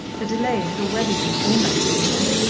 the delay had already been almost too long.